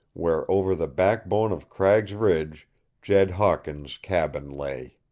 where over the back-bone of cragg's ridge jed hawkins' cabin lay.